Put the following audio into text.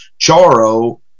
Charo